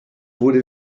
wurde